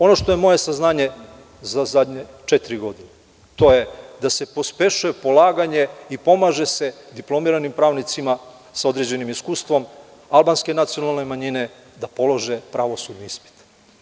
Ono što je moje saznanje za zadnje četiri godine, to je da se pospešuje polaganje i pomaže se diplomiranim pravnicima sa određenim iskustvom albanske nacionalne manjine da polože pravosudni ispit.